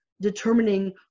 determining